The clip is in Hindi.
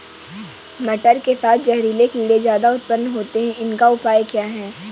मटर के साथ जहरीले कीड़े ज्यादा उत्पन्न होते हैं इनका उपाय क्या है?